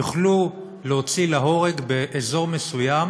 יוכלו להוציא להורג באזור מסוים